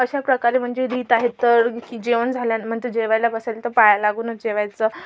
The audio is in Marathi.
अशाप्रकारे म्हणजे रीत आहे तर की जेवण झाल्या म्हण तर जेवायला बसेल तर पाय लागूनच जेवायचं